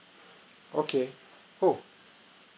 okay oh